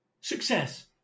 success